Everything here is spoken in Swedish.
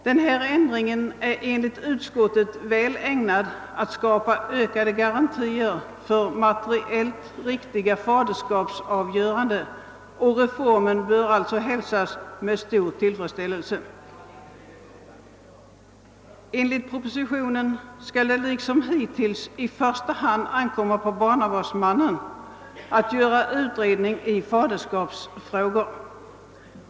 Den föreslagna ändringen är enligt utskottets mening väl ägnad att skapa ökande garantier för materiellt riktiga faderskapsavgöranden, och reformen bör alltså hälsas med stor tillfredsställelse. hittills i första hand ankomma på barnavårdsmannen att göra utredning i faderskapsfrågor.